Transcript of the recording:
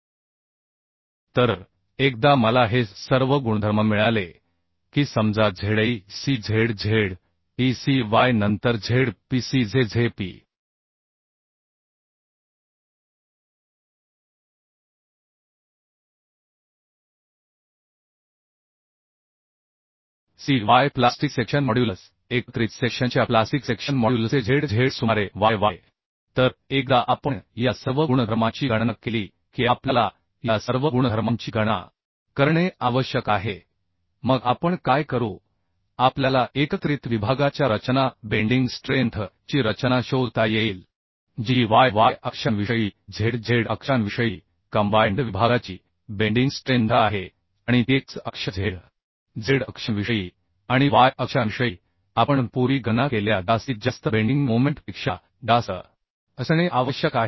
तर त्या गोष्टी वापरून मला शोधावे लागेल तर एकदा मला हे सर्व गुणधर्म मिळाले की समजा z e c z z e c y नंतर z p c z z p c y plastic section modulus एकत्रित सेक्शनच्या प्लास्टिक सेक्शन मॉड्युलसचे z z सुमारे y y तर एकदा आपण या सर्व गुणधर्मांची गणना केली की आपल्याला या सर्व गुणधर्मांची गणना करणे आवश्यक आहे मग आपण काय करू आपल्याला एकत्रित विभागाच्या रचना बेंडिंग स्ट्रेंथ ची रचना शोधता येईलजी y y अक्षांविषयी z z अक्षांविषयी कंबाइंड विभागाची बेंडिंग स्ट्रेंथ आहे आणि ती x अक्ष z z अक्षांविषयी आणि y अक्षांविषयी आपण पूर्वी गणना केलेल्या जास्तीत जास्त बेंडिंग मोमेंट पेक्षा जास्त असणे आवश्यक आहे